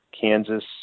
Kansas